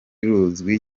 ruzwi